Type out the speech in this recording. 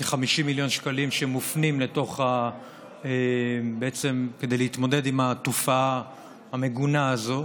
כ-50 מיליון שקלים שמופנים כדי להתמודד עם התופעה המגונה הזאת.